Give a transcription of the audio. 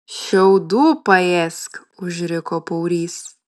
šiaudų paėsk užriko paurys